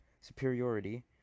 superiority